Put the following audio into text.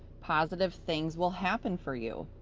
positive things will happen for you.